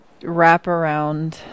wraparound